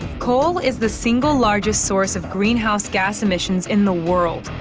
coal is the single largest source of greenhouse-gas emissions in the world.